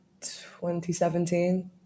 2017